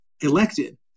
elected